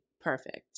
perfect